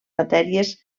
matèries